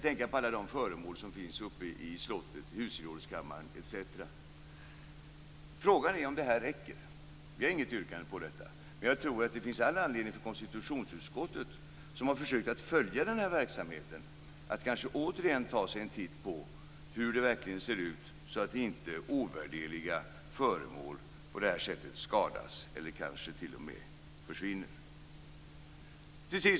Tänk på alla de föremål som finns i slottets husgerådskammare etc! Frågan är om anslagen räcker. Moderaterna har inget yrkande om detta, men jag tror att det finns all anledning för konstitutionsutskottet, som har försökt följa verksamheten, att återigen ta sig en titt på hur den verkligen ser ut. Ovärderliga föremål får inte skadas eller kanske t.o.m. försvinna. Fru talman!